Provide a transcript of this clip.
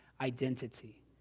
identity